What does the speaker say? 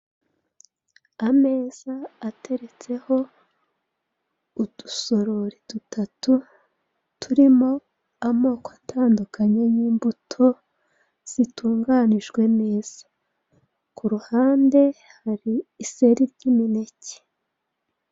Ameza ateretseho udusorori dutatu turimo amoko atandukanye y'imbuto zitunganijwe neza, ku ruhande hari iseri ry'imineke.